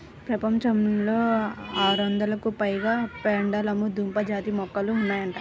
ప్రపంచంలో ఆరొందలకు పైగా పెండలము దుంప జాతి మొక్కలు ఉన్నాయంట